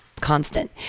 constant